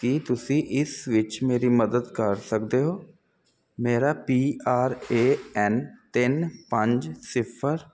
ਕੀ ਤੁਸੀਂ ਇਸ ਵਿੱਚ ਮੇਰੀ ਮਦਦ ਕਰ ਸਕਦੇ ਹੋ ਮੇਰਾ ਪੀ ਆਰ ਏ ਐੱਨ ਤਿੰਨ ਪੰਜ ਸਿਫਰ